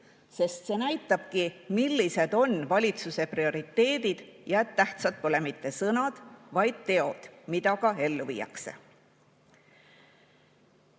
sest see näitabki, millised on valitsuse prioriteedid. Tähtsad pole mitte sõnad, vaid teod, mida ellu viiakse.